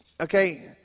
Okay